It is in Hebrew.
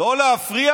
לא להפריע